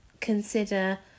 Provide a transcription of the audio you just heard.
consider